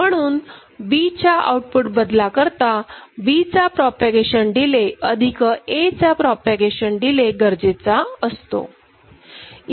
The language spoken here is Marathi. म्हणून Bच्या आऊटपुट बदला करता B चा प्रोपागेशन डीले अधिक A चा प्रोपागेशन डिले गरजेचा असतो